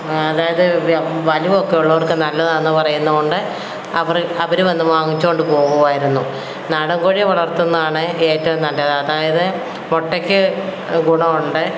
വളരെ വലിവൊക്കെ ഉള്ളവർക്ക് നല്ലതാണെന്ന് പറയുന്നതുകൊണ്ട് അവർ അവര് വന്ന് വാങ്ങിച്ചുകൊണ്ട് പോകുമായിരുന്നു നാടൻ കോഴിയെ വളർത്തുന്നതാണ് ഏറ്റവും നല്ലത് അതായത് മുട്ടയ്ക്ക് ഗുണമുണ്ട്